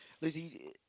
Lizzie